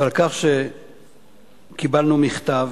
ועל כך שקיבלנו מכתב